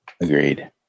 Agreed